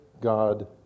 God